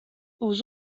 aux